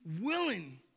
willing